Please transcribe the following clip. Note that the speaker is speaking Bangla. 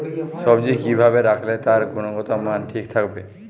সবজি কি ভাবে রাখলে তার গুনগতমান ঠিক থাকবে?